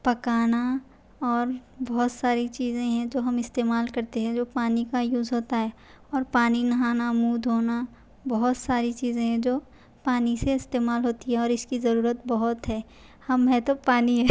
پکانا اور بہت ساری چیزیں ہیں جو ہم استعمال کرتے ہیں جو پانی کا یوز ہوتا ہے اور پانی نہانا مُنہ دھونا بہت ساری چیزیں ہیں جو پانی سے استعمال ہوتی ہیں اور اس کی ضرورت بہت ہے ہم ہیں تو پانی ہے